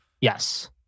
Yes